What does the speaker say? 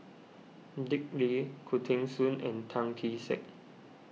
Dick Lee Khoo Teng Soon and Tan Kee Sek